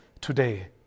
today